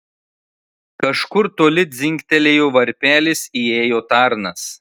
kažkur toli dzingtelėjo varpelis įėjo tarnas